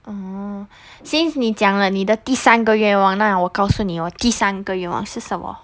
oh since 你讲了你的第三个愿望那样我告诉你我第三个愿望是什么